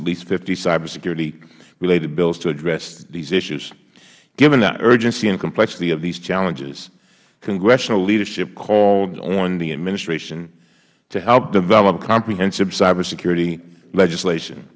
at least fifty cybersecurity related bills to address these issues given that urgency and the complexity of these challenges congressional leadership called on the administration to help develop comprehensive cybersecurity legislation